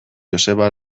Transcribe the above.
joseba